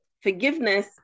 Forgiveness